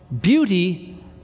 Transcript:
beauty